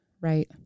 Right